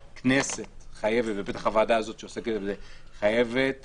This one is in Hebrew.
הכנסת חייבת, ובטח הוועדה הזאת שעוסקת בזה חייבת